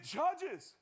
judges